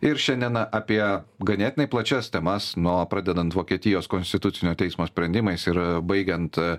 ir šiandieną apie ganėtinai plačias temas nuo pradedant vokietijos konstitucinio teismo sprendimais ir baigiant